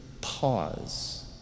pause